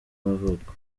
y’amavuko